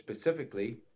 specifically